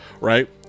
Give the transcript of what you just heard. right